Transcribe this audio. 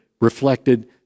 reflected